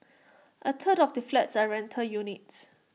A third of the flats are rental units